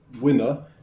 winner